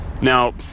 Now